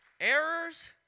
errors